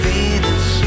Venus